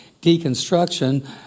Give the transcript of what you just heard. deconstruction